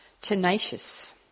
Tenacious